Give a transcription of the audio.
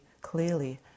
clearly